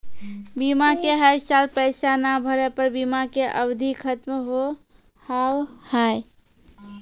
बीमा के हर साल पैसा ना भरे पर बीमा के अवधि खत्म हो हाव हाय?